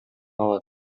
алат